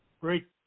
great